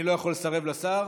אני לא יכול לסרב לשר,